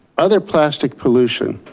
other plastic pollution.